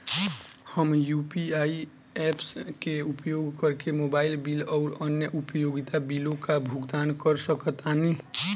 हम UPI apps के उपयोग करके मोबाइल बिल आउर अन्य उपयोगिता बिलों का भुगतान कर सकतानी